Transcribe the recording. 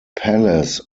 palace